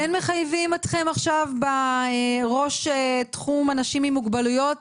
מחייבים אתכם עכשיו בראש תחום אנשים עם מוגבלויות